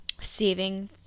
saving